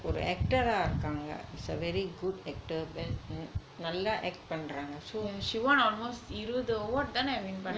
she won almost இருபது:irupathu award தான:thana win பண்ணுனாங்க:pannunanga